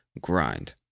Grind